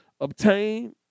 obtain